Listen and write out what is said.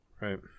Right